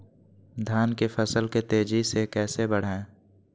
धान की फसल के तेजी से कैसे बढ़ाएं?